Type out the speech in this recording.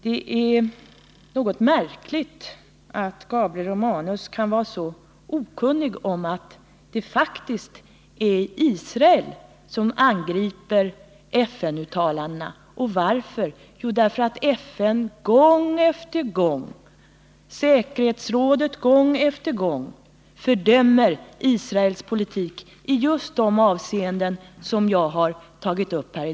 Det är märkligt att Gabriel Romanus kan vara okunnig om att det faktiskt är Israel som angriper FN-uttalandena. Och varför? Jo, därför att FN och säkerhetsrådet gång efter gång fördömt Israels politik i just de avseenden som jag här har tagit upp.